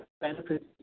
benefits